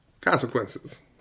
consequences